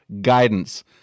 guidance